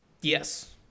Yes